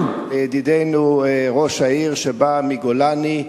ידידנו ראש העיר, שבא מגולני,